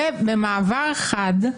ובמעבר חד,